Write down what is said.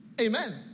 Amen